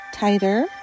Tighter